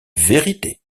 vérité